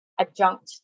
adjunct